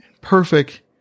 perfect